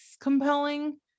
compelling